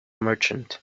merchant